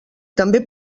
també